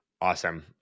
awesome